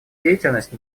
деятельность